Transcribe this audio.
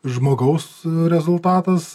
žmogaus rezultatas